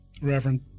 Reverend